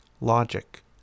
logic